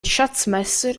schatzmeister